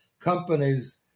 companies